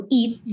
eat